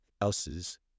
else's